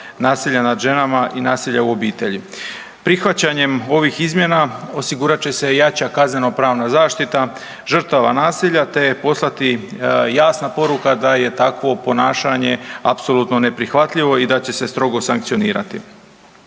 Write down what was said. nasilja nad ženama i nasilja u obitelji. Prihvaćanjem ovih izmjena osigurat će se jača kaznenopravna zaštita žrtava nasilja te poslati jasna poruka da je takvo ponašanje apsolutno neprihvatljivo i da će se strogo sankcionirati.